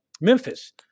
Memphis